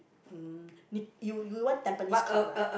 mm you you you went tampines Courts ah